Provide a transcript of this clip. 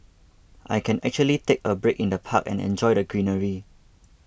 I can actually take a break in the park and enjoy the greenery